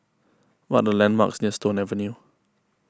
what are the landmarks near Stone Avenue